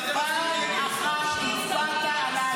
אתה יודע --- ה-3.5 מיליארד זה